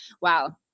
wow